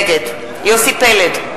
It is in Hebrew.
נגד יוסי פלד,